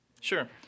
Sure